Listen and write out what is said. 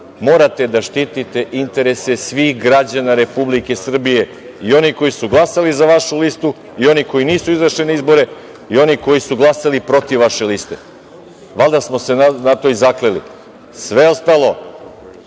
Morate da štitite interese svih građana Republike Srbije, i onih koji su glasali za vašu listu i onih koji nisu izašli na izbore i onih koji su glasali protiv vaše liste, valjda smo se na to i zakleli. Sve ostalo